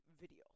video